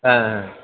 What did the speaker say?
हाँ